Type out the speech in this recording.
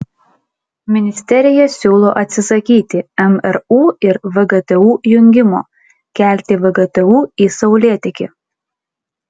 ministerija siūlo atsisakyti mru ir vgtu jungimo kelti vgtu į saulėtekį